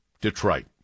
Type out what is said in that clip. Detroit